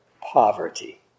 poverty